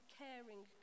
caring